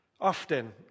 Often